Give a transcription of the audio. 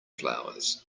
flowers